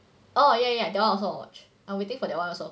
oh ya ya that one also want to watch I'm waiting for that one also